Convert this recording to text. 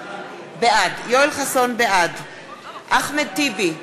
בעד אחמד טיבי,